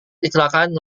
kecelakaan